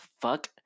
fuck